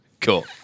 Cool